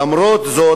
למרות זאת,